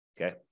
okay